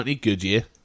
Goodyear